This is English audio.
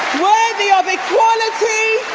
worthy of equality,